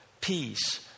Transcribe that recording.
peace